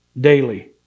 daily